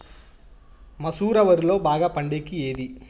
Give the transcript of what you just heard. మసూర వరిలో బాగా పండేకి ఏది?